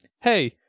hey